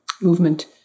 movement